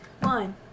One